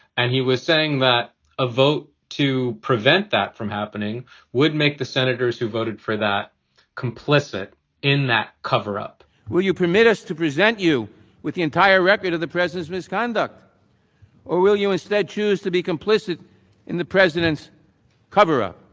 and he was saying that a vote to prevent that from happening would make the senators who voted for that complicit in that cover up will you permit us to present you with the entire record of the president's misconduct or will you instead choose to be complicit in the president's cover up?